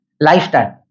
lifetime